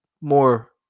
more